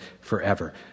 forever